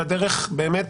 והדרך באמת